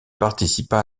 participa